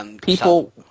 People